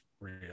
real